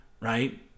right